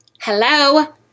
Hello